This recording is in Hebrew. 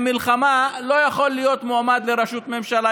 מלחמה לא יכול להיות מועמד לראשות ממשלה.